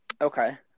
Okay